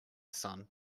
son